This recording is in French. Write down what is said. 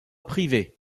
privée